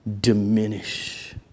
diminish